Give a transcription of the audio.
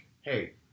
Hey